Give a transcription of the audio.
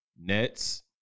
Nets